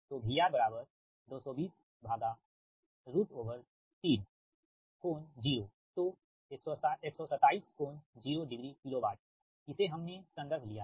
तोVR 2203∟0 तो127 कोण 0 degree kilovolt इसे हमने रेफ़रेंस लिया है